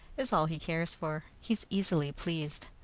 is all he cares for. he's easily pleased.